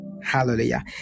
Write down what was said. Hallelujah